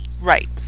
right